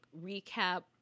recap